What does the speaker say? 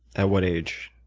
at what age?